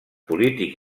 polític